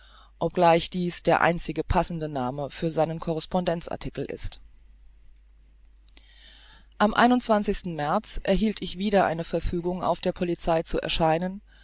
obgleich dies der einzig passende namen für seinen correspondenz artikel ist am sten märz erhielt ich wieder eine verfügung auf der polizei zu erscheinen